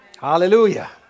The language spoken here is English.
Hallelujah